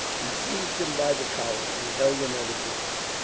he seized him by the collar, and held him at a distance.